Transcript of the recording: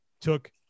took